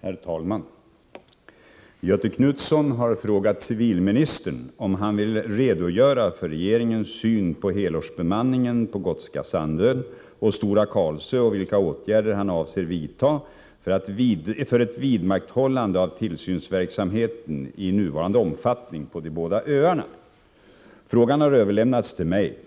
Herr talman! Göthe Knutson har frågat civilministern om han vill redogöra för regeringens syn på helårsbemanningen på Gotska Sandön och Stora Karlsö och vilka åtgärder han avser vidta för ett vidmakthållande av tillsynsverksamheten i nuvarande omfattning på de båda öarna. Frågan har överlämnats till mig.